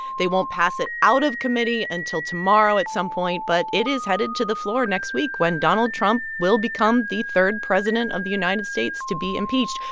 they won't pass it out of committee until tomorrow at some point. but it is headed to the floor next week when donald trump will become the third president of the united states to be impeached.